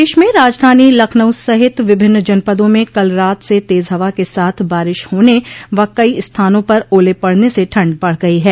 प्रदेश में राजधानी लखनऊ सहित विभिन्न जनपदों में कल रात से तेज हवा के साथ बारिश होने व कई स्थानों पर ओले पड़ने से ठंड बढ़ गई है